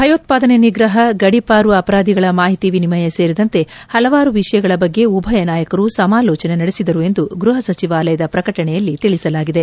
ಭಯೋತ್ವಾದನೆ ನಿಗ್ರಹ ಗಡಿ ಪಾರು ಅಪರಾಧಿಗಳ ಮಾಹಿತಿ ವಿನಿಮಯ ಸೇರಿದಂತೆ ಹಲವಾರು ವಿಷಯಗಳ ಬಗ್ಗೆ ಉಭಯ ನಾಯಕರು ಸಮಾಲೋಚನೆ ನಡೆಸಿದರು ಎಂದು ಗ್ಬಹ ಸಚಿವಾಲಯದ ಪ್ರಕಟಣೆಯಲ್ಲಿ ತಿಳಿಸಲಾಗಿದೆ